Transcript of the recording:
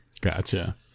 Gotcha